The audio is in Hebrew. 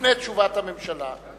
לפני תשובת הממשלה.